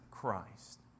Christ